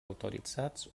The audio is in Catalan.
autoritzats